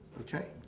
okay